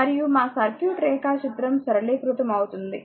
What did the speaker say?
మరియు మా సర్క్యూట్ రేఖాచిత్రం సరళీకృతం అవుతుంది